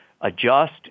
adjust